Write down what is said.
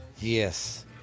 Yes